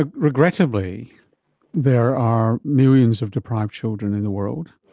ah regrettably there are millions of deprived children in the world,